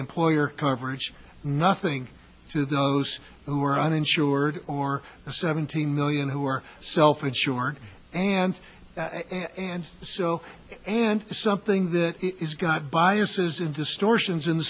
employer coverage nothing to those who are uninsured or the seventeen million who are self insured and and so and it's something that has got biases and distortion